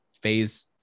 phase